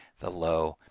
the low,